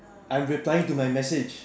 I'm replying to my message